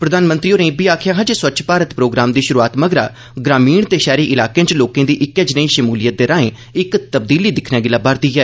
प्रधानमंत्री होरे आखेआ हा जे स्वच्छ भारत प्रोग्राम दी शुरुआत मगरा ग्रामीण ते शैहरी इलाकें च लोकें दी इक्कै ज्नेई शमूलियत दे राए इक तब्दीली दिक्खने गी लब्बै'रदी ऐ